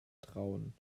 trauen